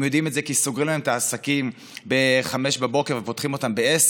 הם יודעים את זה כי סוגרים להם את העסקים ב-05:00 ופותחים אותם ב-10:00.